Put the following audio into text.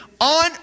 on